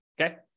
Okay